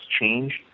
changed